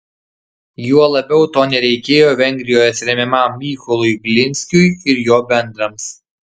juo labiau to nereikėjo vengrijos remiamam mykolui glinskiui ir jo bendrams